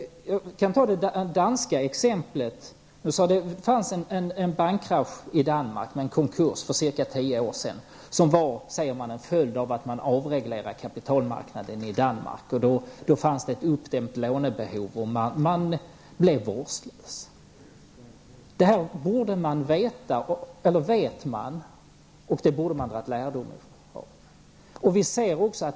För cirka tio år sedan var det en bankkrasch i Danmark till följd av att -- som det sades -- kapitalmarknaden avreglerades. Det fanns ett uppdämpt lånebehov, och bankerna blev vårdslösa i sin kreditgivning. Den här kraschen, som var väl känd, borde man ha dragit lärdom av.